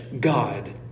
God